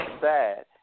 sad